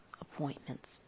appointments